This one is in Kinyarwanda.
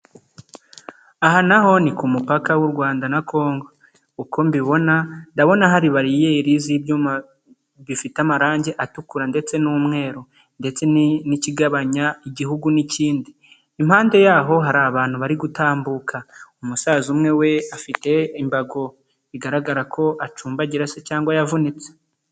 Aha na ho ni ku mupaka w'u Rwanda na Congo uko mbibona ndabona hari bariyeri z'ibyuma bifite amarangi atukura ndetse n'umweru ndetse n'ikigabanya Igihugu n'ikindi, impande y'aho hari abantu bari gutambuka, umusaza umwe we afite imbago bigaragara ko acumbagira se cyangwa yavunitse.